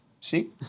See